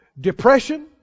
depression